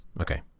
Okay